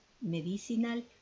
medicinal